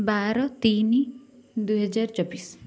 ବାର ତିନି ଦୁଇହଜାର ଚବିଶ